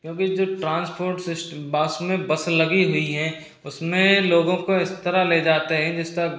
क्योंकि जो transport system bus में बस लगी हुई है उसमें लोगों को उस तरह ले जातें हैं